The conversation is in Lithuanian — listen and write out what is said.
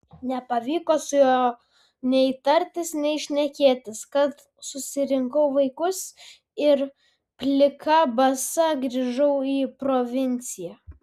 nepavyko su juo nei tartis nei šnekėtis tad susirinkau vaikus ir plika basa grįžau į provinciją